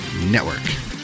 Network